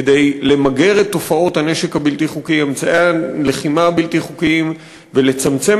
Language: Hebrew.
כדי למגר את תופעות הנשק הבלתי-חוקי ואמצעי הלחימה הבלתי-חוקיים ולצמצם